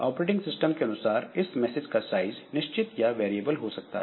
operating system के अनुसार इस मैसेज का साइज निश्चित या वेरिएबल हो सकता है